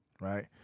right